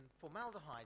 formaldehyde